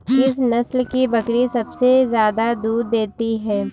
किस नस्ल की बकरी सबसे ज्यादा दूध देती है?